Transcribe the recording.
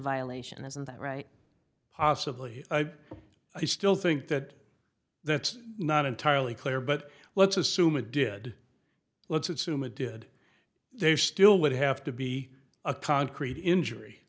violation isn't that right possibly i still think that that's not entirely clear but let's assume it did let's assume it did they still would have to be a concrete injury